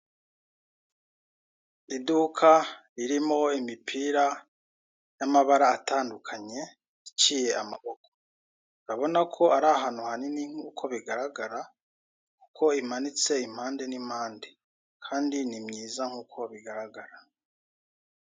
Iduka ririmo imipira y'amabara atandukanye iciye amaboko urabona ko ari ahantu hanini nk'uko bigaragara ko imanitse impande n'impande kandi ni myiza nk'uko bigaragara.